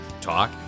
talk